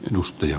dusty ja